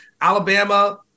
Alabama